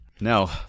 No